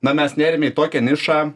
na mes nėrėme į tokią nišą